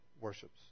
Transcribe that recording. worships